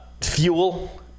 fuel